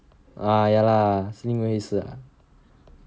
uh ya lah 什么意思 ah